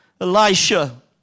Elisha